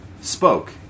spoke